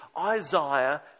Isaiah